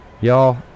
y'all